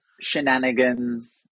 shenanigans